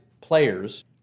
players